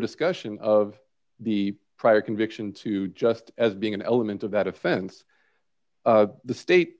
discussion of the prior conviction to just as being an element of that offense the state